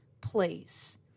place